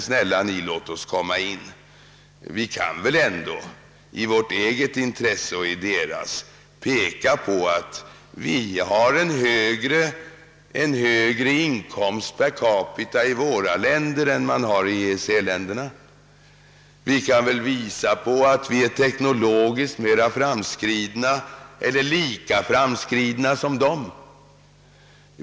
Snälla ni, låt oss komma in!» Vi kan ändå i vårt eget och EEC:s intresse peka på att vi har en högre inkomst per capita i våra länder än man har i EEC-länderna. Vi kan väl påvisa att vi är teknologiskt mera framskridna — eller lika framskridna — som de.